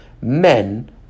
Men